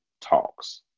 talks